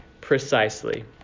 precisely